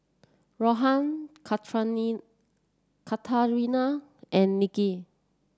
Rohan Katarina and Nicky